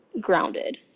Grounded